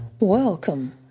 welcome